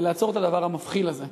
ונעצור את הדבר המבחיל הזה.